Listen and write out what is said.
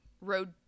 road